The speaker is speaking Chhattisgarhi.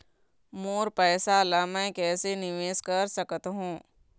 मोर पैसा ला मैं कैसे कैसे निवेश कर सकत हो?